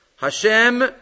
Hashem